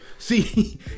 see